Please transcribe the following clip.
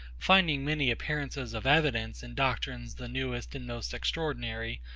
finding many appearances of evidence in doctrines the newest and most extraordinary,